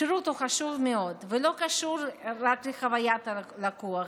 השירות הוא חשוב מאוד, ולא קשור רק לחוויית הלקוח,